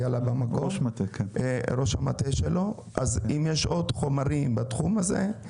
אם החומר לא שלם, ואם יש עוד חומרים בתחום הזה,